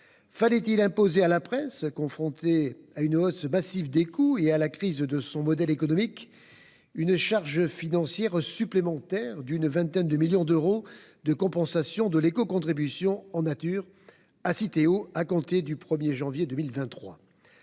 fallait-il imposer à la presse, confrontée à une hausse massive des coûts et à la crise de son modèle économique, une charge financière supplémentaire d'une vingtaine de millions d'euros de compensation de l'écocontribution en nature à Citeo à compter du 1 janvier 2023 ?